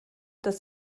dass